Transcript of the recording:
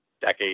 decade